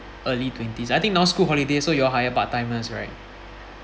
early twenties I think now school holiday so you all hire part timers right